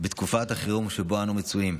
בתקופת החירום שבה אנו נמצאים.